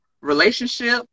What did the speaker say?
relationship